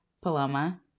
Paloma